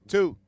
Two